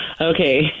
okay